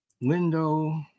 window